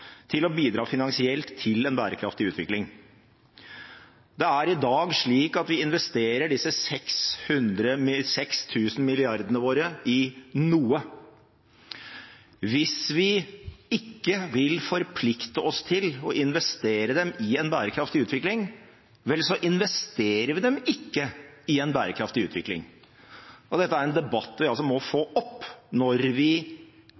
til å bidra finansielt til en bærekraftig utvikling. Det er i dag slik at vi investerer disse 6 000 mrd. kr våre i noe. Hvis vi ikke vil forplikte oss til å investere dem i en bærekraftig utvikling, vel, så investerer vi dem ikke i en bærekraftig utvikling. Dette er en debatt vi må få opp når vi